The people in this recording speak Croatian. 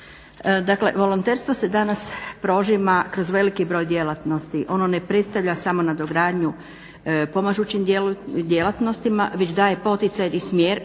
Dakle volonterstvo se danas prožima kroz veliki broj djelatnosti, ono ne predstavlja samo nadogradnju pomažućim djelatnostima već daje poticaj i smjer